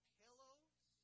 pillows